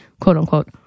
quote-unquote